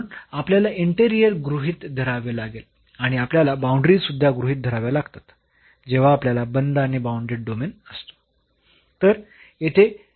म्हणून आपल्याला इंटेरिअर गृहीत धरावे लागते आणि आपल्याला बाऊंडरीज सुद्धा गृहीत धराव्या लागतात जेव्हा आपल्याला बंद आणि बाऊंडेड डोमेन असतो